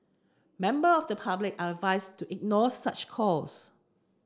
member of the public are advised to ignore such calls